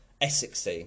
Essex